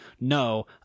no